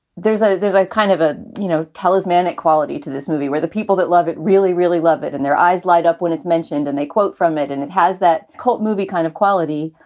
there's ah there's like kind of a you know talismanic quality to this movie where the people that love it really, really love it. and their eyes light up when it's mentioned and they quote from it. and it has that cult movie kind of quality.